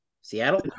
Seattle